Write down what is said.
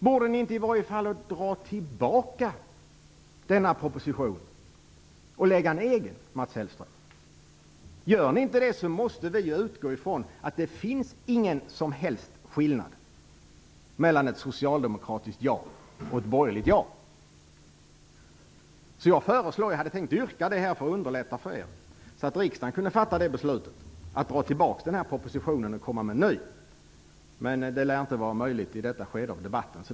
Borde ni inte, Mats Hellström, i varje fall dra tillbaka denna proposition och lägga fram en egen proposition? Gör ni inte det, måste vi utgå från att det inte finns någon som helst skillnad mellan ett socialdemokratiskt ja och ett borgerligt ja. För att underlätta det för er, så att riksdagen sedan kunde fatta ett beslut om det, hade jag tänkt framställa ett yrkande om att dra tillbaka propositionen och komma med en ny. Men det lär inte vara möjligt i det här skedet.